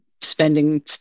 spending